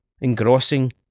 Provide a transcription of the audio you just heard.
engrossing